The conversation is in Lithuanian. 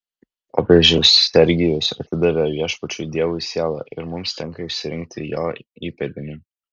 popiežius sergijus atidavė viešpačiui dievui sielą ir mums tenka išsirinkti jo įpėdinį